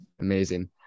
Amazing